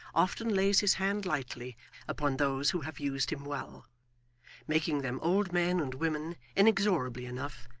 often lays his hand lightly upon those who have used him well making them old men and women inexorably enough,